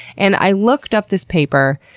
and i looked up this paper,